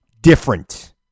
different